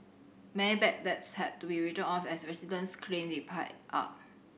many bad debts had to be written off as residents claim they pie up